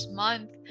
month